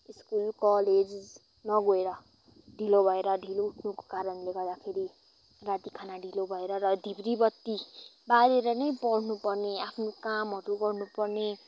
school college नगएर ढिलो भएर ढिलो उठ्नुको कारणले गर्दाखेरि र राति खाना ढिलो भएर र धिब्री बत्ती बालेर नै पढ्नु पर्ने आफ्नो कामहरू गर्नु पर्ने